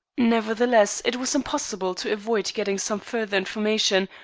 nevertheless, it was impossible to avoid getting some further information,